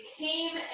came